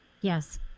Yes